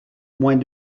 moins